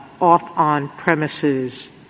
off-on-premises